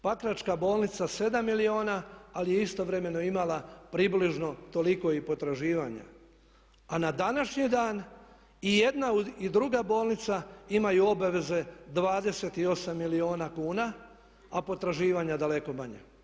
Pakračka bolnica 7 milijuna, ali je istovremeno imala približno toliko i potraživanja, a na današnji dan i jedna i druga bolnica imaju obaveze 28 milijuna kuna a potraživanja daleko manja.